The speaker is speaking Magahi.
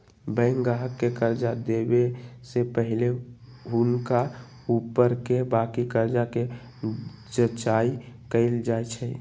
बैंक गाहक के कर्जा देबऐ से पहिले हुनका ऊपरके बाकी कर्जा के जचाइं कएल जाइ छइ